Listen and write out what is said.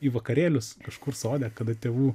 į vakarėlius kažkur sode kada tėvų